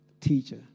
teacher